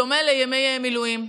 בדומה לימי מילואים.